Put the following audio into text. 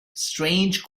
strange